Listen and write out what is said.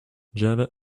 java